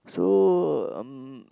so um